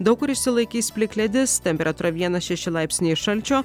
daug kur išsilaikys plikledis temperatūra vienas šeši laipsniai šalčio